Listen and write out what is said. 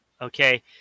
okay